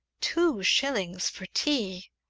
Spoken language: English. two shillings for tea!